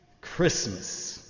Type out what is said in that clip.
Christmas